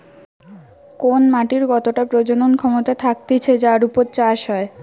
কোন মাটির কতটা প্রজনন ক্ষমতা থাকতিছে যার উপর চাষ হয়